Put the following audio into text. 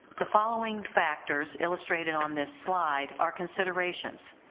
the following factors illustrated on this slide are considerations,